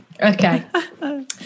Okay